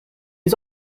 has